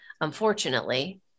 Unfortunately